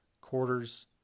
quarters